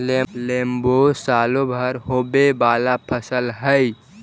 लेम्बो सालो भर होवे वाला फसल हइ